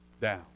down